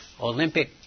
Olympic